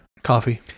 coffee